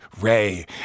Ray